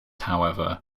however